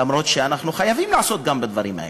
למרות שאנחנו חייבים לעסוק גם בדברים האלה,